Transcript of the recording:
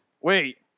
Wait